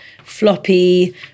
floppy